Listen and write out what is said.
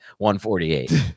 148